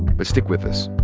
but stick with us.